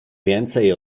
więcej